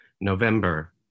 November